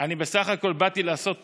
אני בסך הכול באתי לעשות תואר,